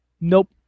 Nope